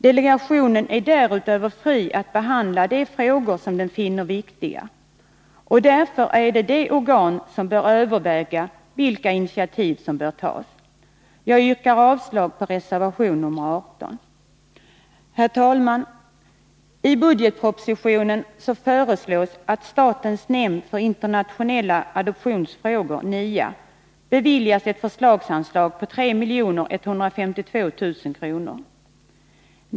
Delegationen är därutöver fri att behandla de frågor som den finner viktiga. Den är därför det organ som bör överväga vilka initiativ som bör tas. Jag yrkar avslag på reservation nr 18. Herr talman! I budgetpropositionen föreslås att statens nämnd för internationella adoptionsfrågor, NIA, beviljas ett förslagsanslag på 3 152 000 kr.